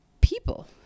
people